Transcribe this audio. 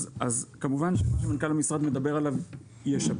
אז כמובן שמה שמנכ"ל המשרד מדבר עליו ישפר,